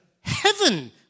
heaven